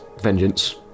vengeance